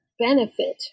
benefit